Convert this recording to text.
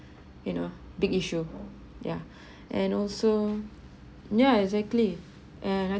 you know big issue yeah and also yeah exactly and